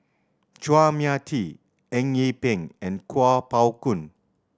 Chua Mia Tee Eng Yee Peng and Kuo Pao Kun